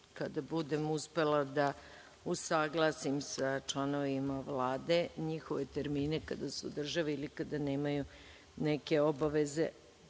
kada budem uspela da usaglasim sa članovima Vlade, njihove termine, kada su u državi ili kada nemaju neke obaveze